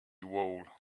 wall